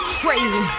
crazy